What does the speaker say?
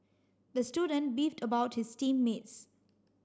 the student beefed about his team mates